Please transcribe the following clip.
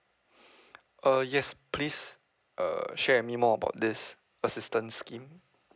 err yes please err share with me more about this assistance scheme